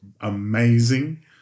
amazing